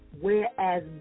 whereas